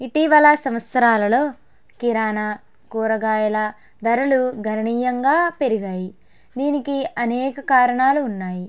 ఇటీవల సంవత్సరాలలో కిరాణ కూరగాయల ధరలు గణనీయంగా పెరిగాయి దీనికి అనేక కారణాలు ఉన్నాయి